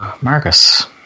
Marcus